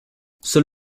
seul